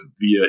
via